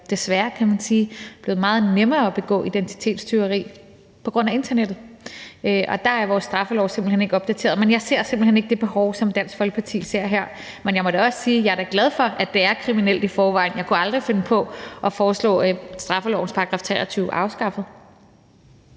desværre, kan man sige – er blevet meget nemmere at begå identitetstyveri på grund af internettet, og der er vores straffelov simpelt hen ikke opdateret. Jeg ser simpelt hen ikke det behov, som Dansk Folkeparti ser her. Men jeg må også sige, at jeg da er glad for, at det er kriminelt i forvejen, og jeg kunne aldrig finde på at foreslå, at straffelovens § 23 skulle afskaffes.